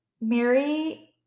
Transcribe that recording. Mary